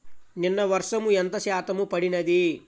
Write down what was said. నిన్న వర్షము ఎంత శాతము పడినది?